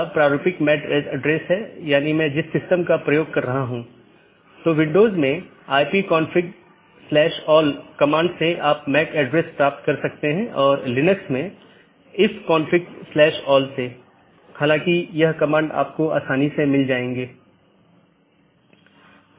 यह एक चिन्हित राउटर हैं जो ऑटॉनमस सिस्टमों की पूरी जानकारी रखते हैं और इसका मतलब यह नहीं है कि इस क्षेत्र का सारा ट्रैफिक इस क्षेत्र बॉर्डर राउटर से गुजरना चाहिए लेकिन इसका मतलब है कि इसके पास संपूर्ण ऑटॉनमस सिस्टमों के बारे में जानकारी है